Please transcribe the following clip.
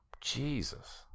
Jesus